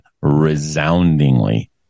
resoundingly